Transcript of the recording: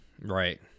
right